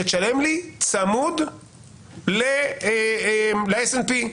שתשלם לי צמוד ל-S&P.